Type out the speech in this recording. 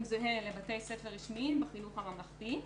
זהה לבתי ספר רשמיים בחינוך הממלכתי,